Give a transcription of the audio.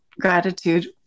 gratitude